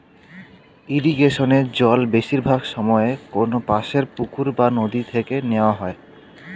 ইরিগেশনে জল বেশিরভাগ সময়ে কোনপাশের পুকুর বা নদি থেকে নেওয়া হয়